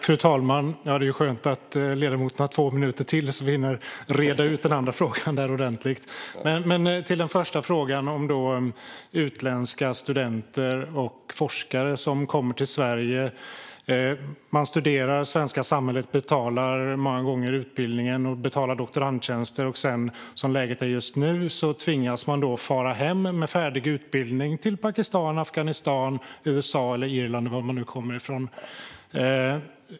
Fru talman! Det är skönt att ledamoten har två minuter till på sig så att vi hinner reda ut detta ordentligt. Först gäller det frågan om utländska studenter och forskare som kommer till Sverige. Det svenska samhället betalar ofta för deras utbildningar och doktorandtjänster, och som läget är just nu tvingas studenterna sedan fara hem med färdig utbildning till Pakistan, Afghanistan, USA, Irland eller varifrån de nu kommer.